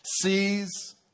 sees